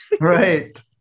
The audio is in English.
Right